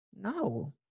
No